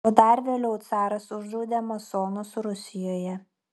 o dar vėliau caras uždraudė masonus rusijoje